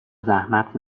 زحمت